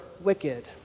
wicked